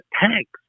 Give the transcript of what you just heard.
tanks